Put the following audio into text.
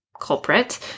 culprit